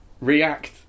react